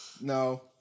No